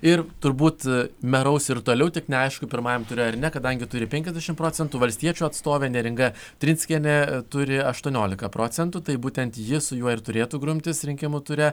ir turbūt meraus ir toliau tik neaišku pirmajam ture ar ne kadangi turi penkiasdešimt procentų valstiečių atstovė neringa trinskienė turi aštuoniolika procentų tai būtent ji su juo ir turėtų grumtis rinkimų ture